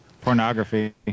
Pornography